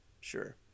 Sure